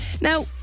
now